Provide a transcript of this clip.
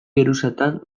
geruzatan